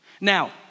Now